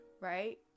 right